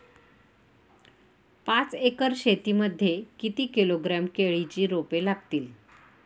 पाच एकर शेती मध्ये किती किलोग्रॅम केळीची रोपे लागतील?